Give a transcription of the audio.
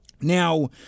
Now